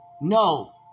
No